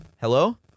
Hello